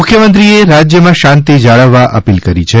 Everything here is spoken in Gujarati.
મુખ્યમંત્રીએ રાજ્યમાં શાંતિ જાળવવા અપીલ કરે છે